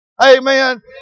Amen